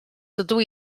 dydw